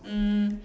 um